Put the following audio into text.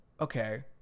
okay